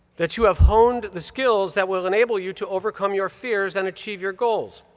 that you have honed the skills that will enable you to overcome your fears and achieve your goals.